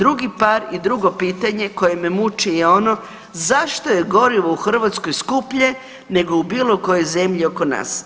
Drugi par i drugo pitanje koje me muči je ono zašto je gorivo u Hrvatskoj skuplje nego u bilo kojoj zemlji oko nas?